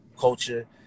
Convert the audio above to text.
culture